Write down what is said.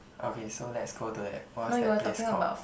okay so let's go to that what's that place called